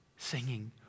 Singing